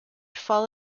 fall